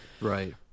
right